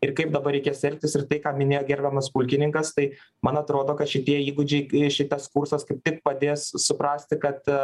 ir kaip dabar reikės elgtis ir tai ką minėjo gerbiamas pulkininkas tai man atrodo kad šitie įgūdžiai šitas kursas kaip tik padės suprasti kad